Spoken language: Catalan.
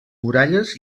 muralles